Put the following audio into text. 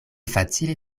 facile